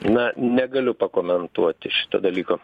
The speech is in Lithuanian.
na negaliu pakomentuoti šito dalyko